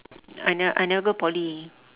I never I never go poly